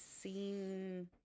seen